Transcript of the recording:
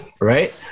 right